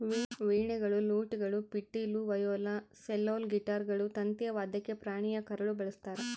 ವೀಣೆಗಳು ಲೂಟ್ಗಳು ಪಿಟೀಲು ವಯೋಲಾ ಸೆಲ್ಲೋಲ್ ಗಿಟಾರ್ಗಳು ತಂತಿಯ ವಾದ್ಯಕ್ಕೆ ಪ್ರಾಣಿಯ ಕರಳು ಬಳಸ್ತಾರ